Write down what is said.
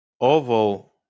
oval